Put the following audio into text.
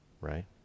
Right